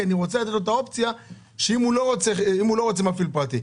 כי רוצים לתת אופציה אם היא לא רוצה מפעיל פרטי.